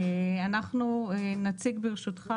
ברשותך,